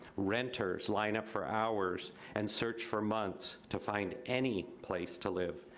renters line up for hours and search for months to find any place to live.